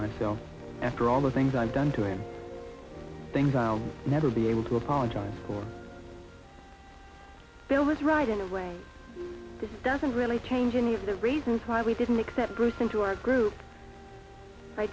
myself after all the things i've done to him things i'll never be able to apologize for bill was right in a way that doesn't really change any of the reasons why we didn't accept bruce into our group i